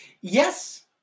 Yes